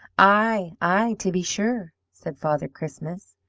aye, aye, to be sure said father christmas,